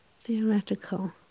theoretical